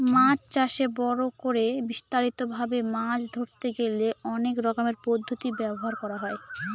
মাছ চাষে বড় করে বিস্তারিত ভাবে মাছ ধরতে গেলে অনেক রকমের পদ্ধতি ব্যবহার করা হয়